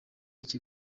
iki